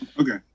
Okay